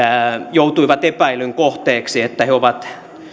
joutuivat epäilyn kohteeksi että he ovat